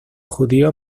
judíos